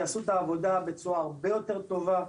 יעשו את העבודה בצורה הרבה יותר טובה.